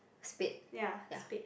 spade ya